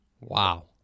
Wow